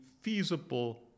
feasible